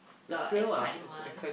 the excitement